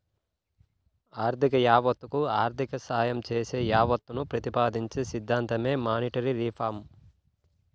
ఆర్థిక యావత్తకు ఆర్థిక సాయం చేసే యావత్తును ప్రతిపాదించే సిద్ధాంతమే మానిటరీ రిఫార్మ్